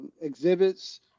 exhibits